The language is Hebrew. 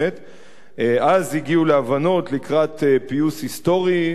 אז הגיעו להבנות לקראת פיוס היסטורי ביניהן.